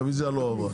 הרוויזיה לא עברה.